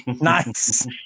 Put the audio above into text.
Nice